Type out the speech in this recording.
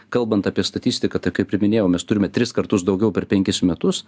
kalbant apie statistiką tai kaip ir minėjau mes turime tris kartus daugiau per penkis metus